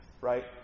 right